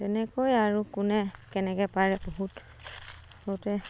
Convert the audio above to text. তেনেকৈ আৰু কোনে কেনেকৈ পাৰে বহুত গোটেই